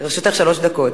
לרשותך שלוש דקות.